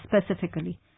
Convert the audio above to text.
specifically